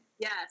Yes